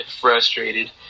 frustrated